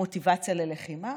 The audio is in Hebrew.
המוטיבציה ללחימה,